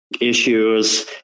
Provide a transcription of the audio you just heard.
issues